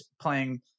playing